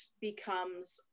becomes